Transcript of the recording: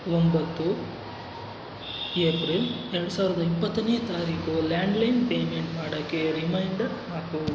ಒಂಬತ್ತು ಏಪ್ರಿಲ್ ಎರಡು ಸಾವಿರದ ಇಪ್ಪತ್ತನೇ ತಾರೀಕು ಲ್ಯಾಂಡ್ಲೈನ್ ಪೇಮೆಂಟ್ ಮಾಡೋಕ್ಕೆ ರಿಮೈಂಡರ್ ಹಾಕು